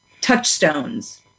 touchstones